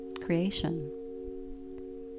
creation